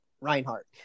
Reinhardt